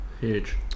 Huge